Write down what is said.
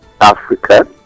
Africa